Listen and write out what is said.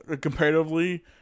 comparatively